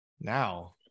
now